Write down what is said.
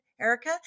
Erica